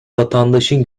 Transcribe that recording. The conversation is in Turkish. vatandaşın